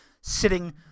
sitting